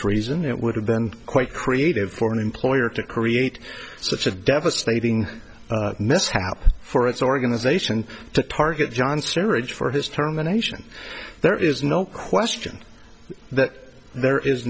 reason it would have been quite creative for an employer to create such a devastating mishap for its organization to target john serge for his terminations there is no question that there is